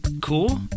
cool